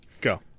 Go